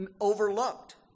overlooked